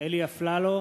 אלי אפללו,